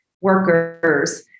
workers